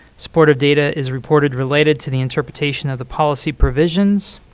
supportive data is reported related to the interpretation of the policy provisions.